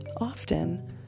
Often